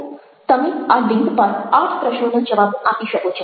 તમે આ લિન્ક પર આઠ પ્રશ્નોના જવાબો આપી શકો છો